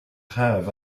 have